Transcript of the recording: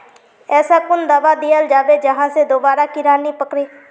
ऐसा कुन दाबा दियाल जाबे जहा से दोबारा कीड़ा नी पकड़े?